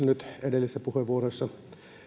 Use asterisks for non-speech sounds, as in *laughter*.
*unintelligible* nyt edellisissä puheenvuoroissa